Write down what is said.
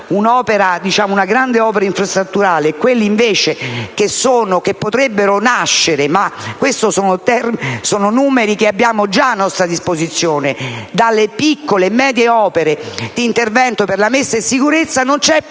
una grande opera infrastrutturale e quelli che potrebbero nascere - sono numeri che abbiamo già a nostra disposizione - dalle piccole e medie opere di intervento per la messa in sicurezza, non c'è paragone.